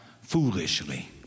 foolishly